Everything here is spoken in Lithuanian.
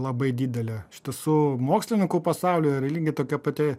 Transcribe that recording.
labai didelė iš tiesų mokslininkų pasaulio yra lygiai tokia pati